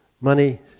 money